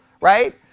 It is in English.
right